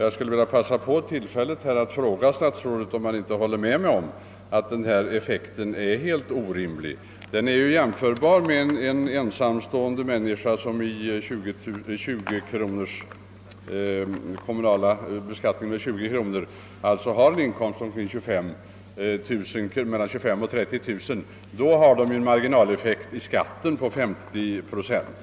Jag skulle vilja passa på tillfället och fråga statsrådet om han inte håller med mig om att effekten är helt orimlig. Man kan som exempel ta en ensamstående som har 20 kronors kommunalskatt varvid det alltså rör sig om en inkomst mellan 25 000 och 30 000 kronor för att få en marginaleffekt av 50 procent.